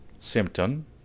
symptom